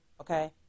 okay